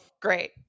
great